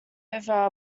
over